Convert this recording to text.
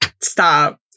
Stop